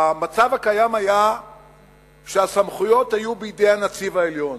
המצב הקיים היה שהסמכויות היו בידי הנציב העליון.